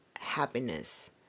happiness